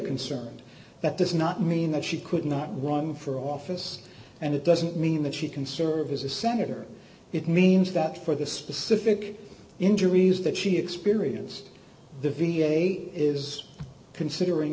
concerned that does not mean that she could not run for office and it doesn't mean that she can serve as a senator it means that for the specific injuries that she experienced the v a is considering